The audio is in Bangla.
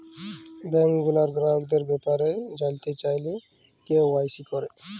ব্যাংক গুলার গ্রাহকদের ব্যাপারে জালতে চাইলে কে.ওয়াই.সি ক্যরা